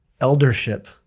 eldership